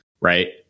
Right